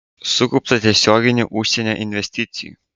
sukaupta tiesioginių užsienio investicijų